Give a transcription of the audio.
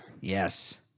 yes